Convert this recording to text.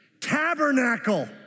Tabernacle